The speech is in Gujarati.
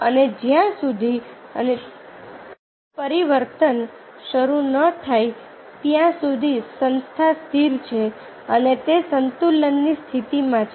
અને જ્યાં સુધી પરિવર્તન શરૂ ન થાય ત્યાં સુધી સંસ્થા સ્થિર છે અને તે સંતુલનની સ્થિતિમાં છે